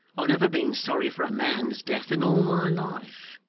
i've never been sorry for a man's death in all my life,